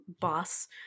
Boss